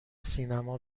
سینما